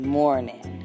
morning